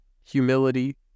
humility